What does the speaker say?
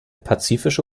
pazifische